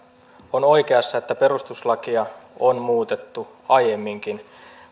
on oikeassa että perustuslakia on muutettu aiemminkin